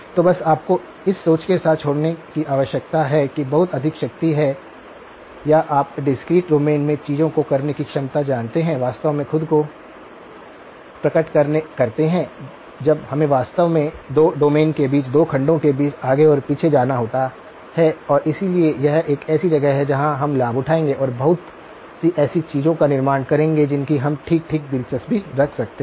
तो बस आपको इस सोच के साथ छोड़ने की आवश्यकता है कि बहुत अधिक शक्ति है या आप डिस्क्रीट डोमेन में चीजों को करने की क्षमता जानते हैं वास्तव में खुद को प्रकट करते हैं जब हमें वास्तव में 2 डोमेन के बीच 2 खंडों के बीच आगे और पीछे जाना होता है और इसलिए यह एक ऐसी जगह है जहां हम लाभ उठाएँगे और बहुत सी ऐसी चीजों का निर्माण करेंगे जिनकी हम ठीक ठाक दिलचस्पी रखते हैं